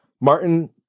Martin